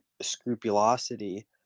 scrupulosity